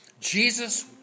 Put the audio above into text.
Jesus